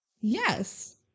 Yes